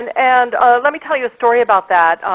and and let me tell you story about that.